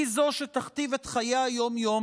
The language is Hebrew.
היא זו שתכתיב את חיי היום-יום,